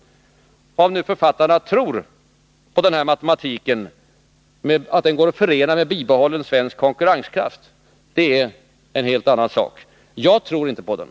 Om nu författarna tror på att den här matematiken går att förena med en bibehållen svensk konkurrenskraft är en helt annan sak. Jag tror inte på den.